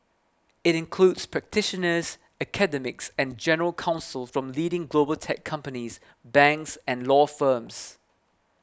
it includes practitioners academics and general counsel from leading global tech companies banks and law firms